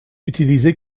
utilisé